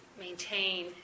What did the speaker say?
maintain